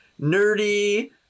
nerdy